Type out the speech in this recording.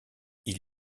ils